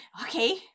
okay